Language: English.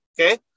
okay